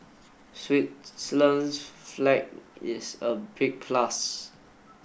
Switzerland's flag is a big plus